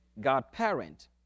godparent